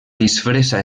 disfressa